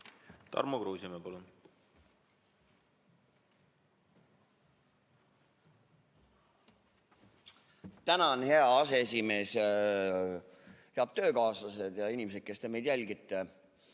Tarmo Kruusimäe, palun! Tänan, hea aseesimees! Head töökaaslased ja inimesed, kes te meid jälgite